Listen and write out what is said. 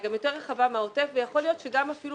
היא גם יותר רחבה מהעוטף ויכול להיות שגם אפילו